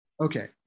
Okay